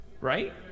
right